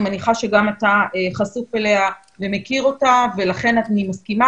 אני מניחה שגם אתה חשוף אליה ומכיר אותה ולכן אני מסכימה